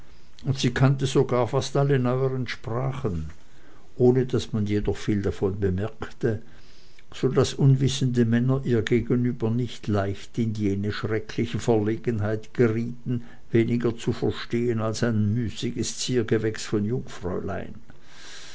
und sie kannte sogar fast alle neueren sprachen ohne daß man jedoch viel davon bemerkte so daß unwissende männer ihr gegenüber nicht leicht in jene schreckliche verlegenheit gerieten weniger zu verstehen als ein müßiges ziergewächs von